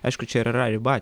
aišku čia ir yra riba